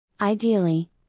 Ideally